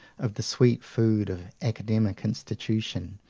of the sweet food of academic institution,